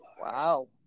wow